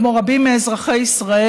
כמו רבים מאזרחי ישראל.